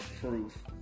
proof